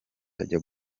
ajya